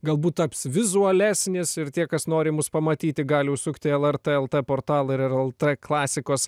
galbūt taps vizualesnis ir tie kas nori mus pamatyti gali užsukti lrt lt portalą lrt klasikos